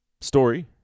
story